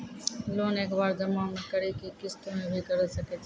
Loan एक बार जमा म करि कि किस्त मे भी करऽ सके छि?